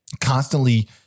constantly